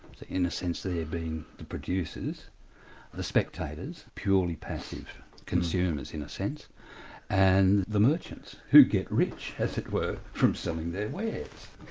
in a sense they're being the producers the spectators, purely passive consumers in a sense and the merchants, who get rich as it were, from selling their wares.